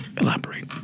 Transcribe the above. elaborate